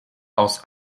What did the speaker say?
aus